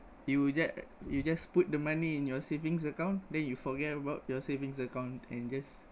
you just you just put the money in your savings account then you forget about your savings account and just